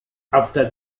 after